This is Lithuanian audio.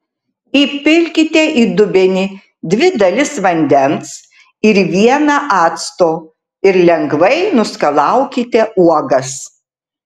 įpilkite į dubenį dvi dalis vandens ir vieną acto ir lengvai nuskalaukite uogas